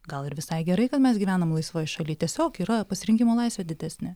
gal ir visai gerai kad mes gyvenam laisvoj šalyj tiesiog yra pasirinkimo laisvė didesnė